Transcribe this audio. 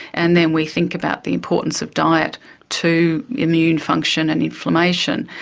and then we think about the importance of diet to immune function and inflammation,